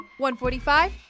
145